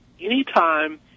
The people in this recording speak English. Anytime